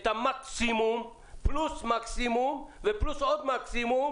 המקסימום פלוס מקסימום ופלוס עוד מקסימום